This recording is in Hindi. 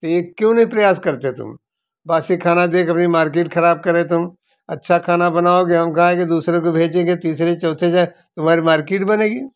फिर क्यों नहीं प्रयास करते तुम बासी खाना देकर भी मार्केट ख़राब करे तुम अच्छा खाना बनाओगे हम खाएँगे दूसरे को भेजेंगे तीसरे चौथे जाएँ तुम्हारी मार्किट बनेगी